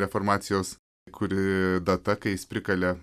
reformacijos kuri data kai jis prikalė